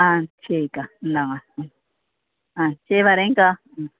ஆ சரிக்கா இந்தாங்க ம் ஆ சரி வரேன்க்கா ம்